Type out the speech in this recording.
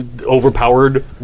overpowered